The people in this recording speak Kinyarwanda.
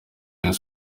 rayon